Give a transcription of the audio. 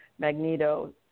magneto